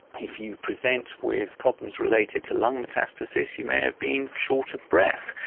if you present with problems related to lung metastasis you may have been short of breath,